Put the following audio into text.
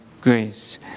grace